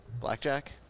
Blackjack